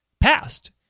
passed